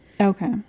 Okay